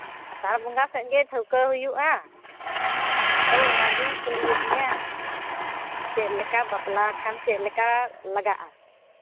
ᱟᱥᱟᱲ ᱵᱚᱸᱜᱟ ᱥᱮᱫ ᱜᱮ ᱴᱷᱟᱹᱣᱠᱟᱹ ᱦᱩᱭᱩᱜᱼᱟ ᱟᱫᱚ ᱚᱱᱟᱜᱤᱧ ᱠᱩᱞᱤᱭᱮᱫ ᱢᱮᱭᱟ ᱪᱮᱫ ᱞᱮᱠᱟ ᱵᱟᱯᱞᱟ ᱠᱷᱟᱱ ᱪᱮᱫ ᱞᱮᱠᱟ ᱞᱟᱜᱟᱜᱼᱟ